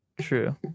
True